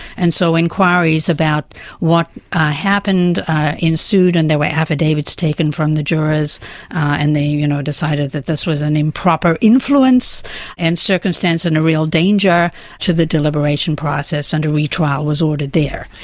and so enquiries about what happened ensued and there were affidavits taken from the jurors and they you know decided that this was an improper influence and circumstance and a real danger to the deliberation process, and a retrial was ordered there.